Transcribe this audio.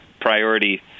priority